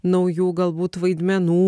naujų galbūt vaidmenų